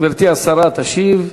גברתי השרה תשיב.